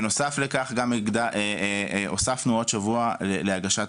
בנוסף לכך, הוספנו עוד שבוע להגשת